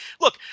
look